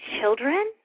children